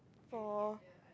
for